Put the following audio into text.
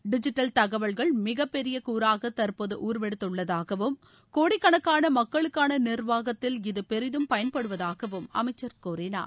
digital தகவல்கள் மிகப்பெரிய கூறாக தற்போது உருவெடுத்துள்ளதாகவும் கோடிக்கணக்கான மக்களுக்கான நிர்வாகத்தில் இது பெரிதும் பயன்படுவதாகவும் அமைச்சர் கூறினார்